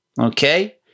Okay